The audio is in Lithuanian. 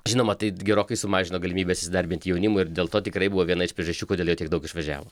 žinoma tai gerokai sumažino galimybes įsidarbint jaunimui ir dėl to tikrai buvo viena iš priežasčių kodėl jo tiek daug išvažiavo